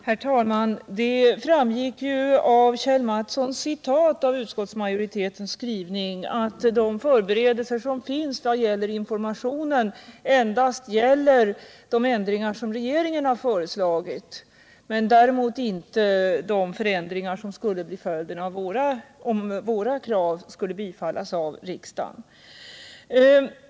Herr talman! Det framgick av Kjell Mattssons citat från utskottsmajoritetens skrivning att förberedelserna beträffande informationen endast gäller de ändringar som regeringen har föreslagit, men däremot inte de förändringar som skulle bli följden om våra krav skulle bifallas av riksdagen.